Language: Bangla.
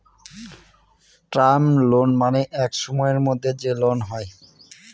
টার্ম লোন মানে এক সময়ের মধ্যে যে লোন হয়